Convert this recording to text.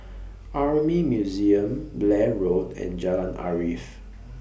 Army Museum Blair Road and Jalan Arif